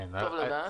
טוב לדעת.